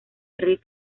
riff